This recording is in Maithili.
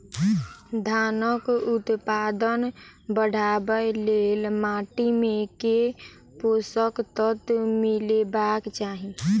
धानक उत्पादन बढ़ाबै लेल माटि मे केँ पोसक तत्व मिलेबाक चाहि?